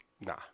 Nah